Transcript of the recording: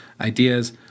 ideas